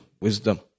wisdom